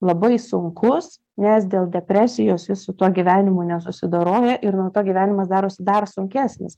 labai sunkus nes dėl depresijos jis su tuo gyvenimu nesusidoroja ir nuo to gyvenimas darosi dar sunkesnis